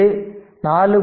இது 4